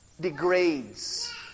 degrades